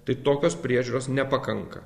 tai tokios priežiūros nepakanka